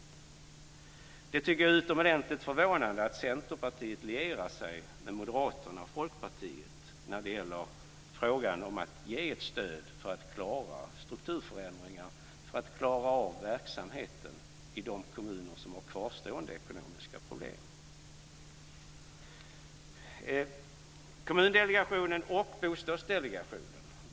Jag tycker att det är utomordentligt förvånande att Centerpartiet lierar sig med Moderaterna och Folkpartiet när det gäller frågan om att ge ett stöd för att klara av strukturförändringen och verksamheten i de kommuner som har kvarstående ekonomiska problem.